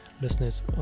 listeners